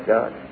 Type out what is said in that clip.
God